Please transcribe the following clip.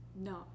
No